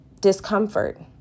discomfort